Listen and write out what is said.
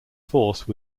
force